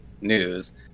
news